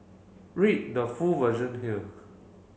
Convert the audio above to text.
read the full version here